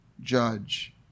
judge